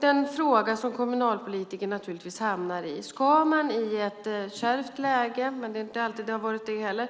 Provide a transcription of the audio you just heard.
Den fråga som kommunalpolitikerna hamnar i är: Ska man i ett kärvt läge, även om det inte alltid har varit det,